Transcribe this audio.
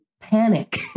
panic